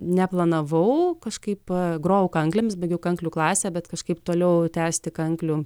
neplanavau kažkaip grojau kanklėmis baigiau kanklių klasę bet kažkaip toliau tęsti kanklių